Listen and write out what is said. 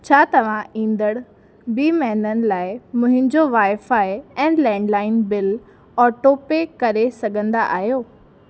छा तव्हां ईंदड़ ॿीं महिननि लाइ मुंहिंजा वाई फाई ऐं लैंडलाइन बिल ऑटोपे करे सघंदा आहियो